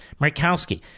Murkowski